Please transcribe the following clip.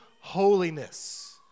holiness